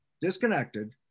disconnected